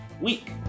week